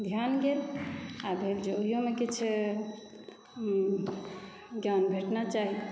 धियान गेल आओर भेल जे ओहिओमे किछु ज्ञान भेटना चाही